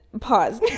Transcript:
Pause